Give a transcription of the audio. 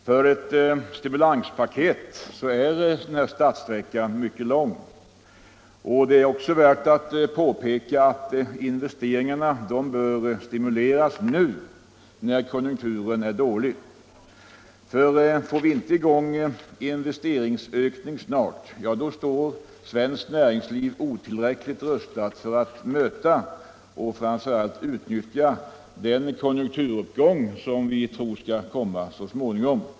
För ett stimulanspaket är startsträckan mycket lång. Det är också värt att påpeka att investeringarna bör stimuleras nu när konjunk turen är dålig. Får vi inte i gång en investeringsökning snart, står svenskt näringsliv otillräckligt rustat för att möta och framför allt utnyttja den konjunkturuppgång som vi tror kommer så småningom.